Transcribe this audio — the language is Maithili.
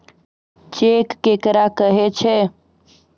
चेक केकरा कहै छै?